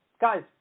Guys